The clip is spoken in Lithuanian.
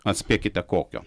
atspėkite kokio